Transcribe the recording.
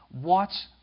watch